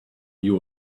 you